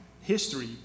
history